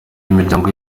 imiryango